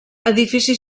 edifici